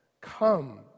come